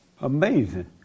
Amazing